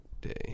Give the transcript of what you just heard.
day